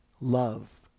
love